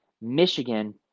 Michigan